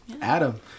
adam